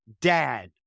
dad